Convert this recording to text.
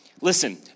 Listen